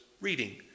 reading